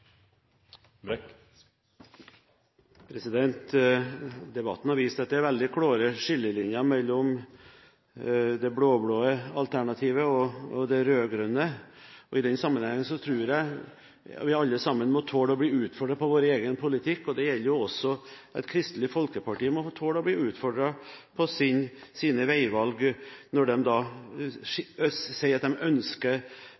Debatten har vist at det er veldig klare skillelinjer mellom det blå-blå alternativet og det rød-grønne, og i den sammenhengen tror jeg vi alle må tåle å bli utfordret på vår egen politikk. Det betyr også at Kristelig Folkeparti må tåle å bli utfordret på sine veivalg når